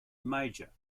major